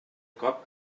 cop